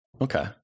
Okay